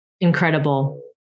Incredible